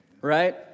right